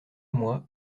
moi